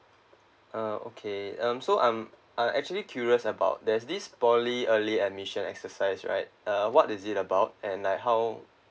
uh okay um so I'm I'm actually curious about there's this poly early admission exercise right uh what is it about and like how